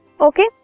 Okay